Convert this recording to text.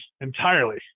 entirely